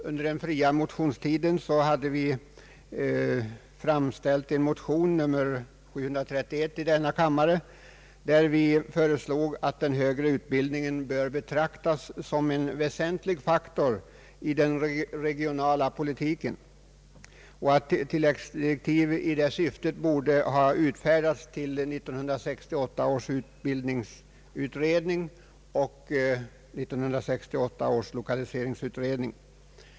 Under den allmänna motionstiden i januari väckte vi en motion nr 731 i denna kammare där vi föreslog att den högre utbildningen skulle betraktas som en väsentlig faktor i den regionala politiken och uttalade att tilläggsdirektiv i detta syfte borde ha utfärdats till 1968 års utbildningsutredning och 1968 års lokaliseringsutredning.